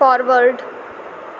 forward